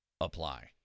apply